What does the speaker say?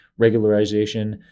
regularization